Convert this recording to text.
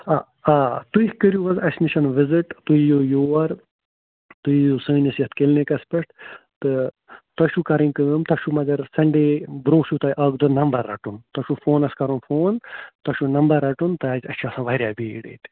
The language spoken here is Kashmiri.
آ آ تُہۍ کٔرِو حظ اَسہِ نِش وِزِٹ تُہۍ یِیِو یور تُہۍ یِیِو سٲنِس یَتھ کِلنِکَس پٮ۪ٹھ تہٕ تۄہہِ چھُو کَرٕنۍ کٲم تۄہہِ چھُو مگر سنٛڈے برٛونٛہہ چھُو تۄہہِ اَکھ دۄہ نَمبَر رَٹُن تۄہہِ چھُو فونَس کَرُن فون تۄہہِ چھُو نَمبَر رَٹُن کیٛازِ اَسہِ چھِ آسان واریاہ بھیٖڑ ییٚتہِ